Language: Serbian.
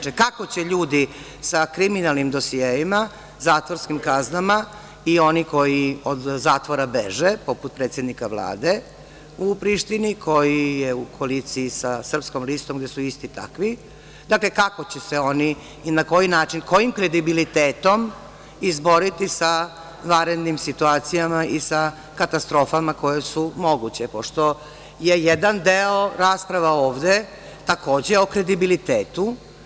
Kako će ljudi sa kriminalnim dosijeima zatvorskim kaznama i oni koji od zatvora beže, poput predsednika Vlade u Prištini koji je u koaliciji sa Srpskom listom gde su isti takvi, kako će se oni i na koji način, kojim kredibilitetom izboriti sa vanrednim situacijama i sa katastrofama koje su moguće, pošto je jedan deo rasprava ovde takođe o kredibilitetu.